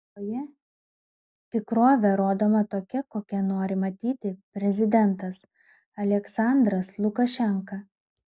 joje tikrovė rodoma tokia kokią nori matyti prezidentas aliaksandras lukašenka